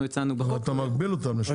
הצענו בחוק --- אתה מגביל אותנו.